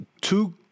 two